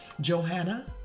Johanna